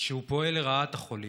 שפועל לרעת החולים.